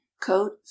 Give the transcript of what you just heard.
coat